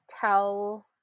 tell